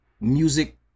music